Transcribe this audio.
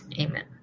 Amen